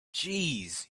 jeez